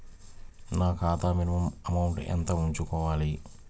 నా ఖాతా minimum amount ఎంత ఉంచుకోవాలి?